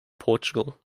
portugal